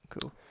cool